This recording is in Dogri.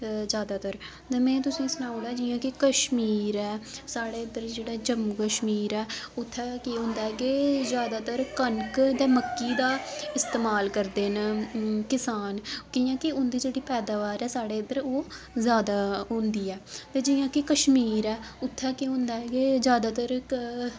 ज्यादातर ते में तुसेंगी सनाउडां कि जियां कि कश्मीर ऐ साढ़ै उद्धर जेह्ड़ा जम्मू कश्मीर ऐ उत्थैं केह् होंदा के ज्यादातर कनक ते मक्की दा इस्तमाल करदे न किसान कि'यां कि उं'दी जेह्डी पैदाबार ऐ साढ़ै इद्धर ओह् ज्यादा होंदी ऐ ते जियां कि कश्मीर ऐ उत्थें केह् होंदा हे ते ज्यादातर